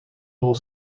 bol